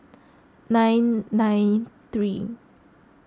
nine nine three